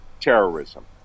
terrorism